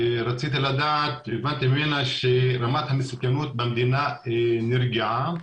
רציתי לדעת אם באתם לכאן כשרמת המסוכנות במדינה נרגעה,